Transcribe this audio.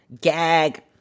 Gag